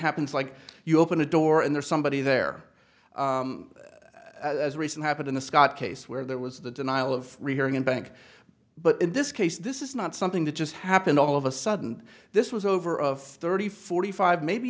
happens like you open a door and there's somebody there as recent happened in the scott case where there was the denial of rehearing in bank but in this case this is not something that just happened all of a sudden this was over of thirty forty five maybe